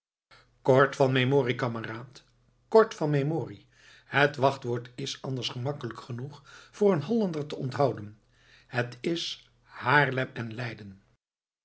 kort van memorie kameraad kort van memorie het wachtwoord is anders gemakkelijk genoeg voor een hollander te onthouden het is haarlem en leyden